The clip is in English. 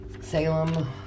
salem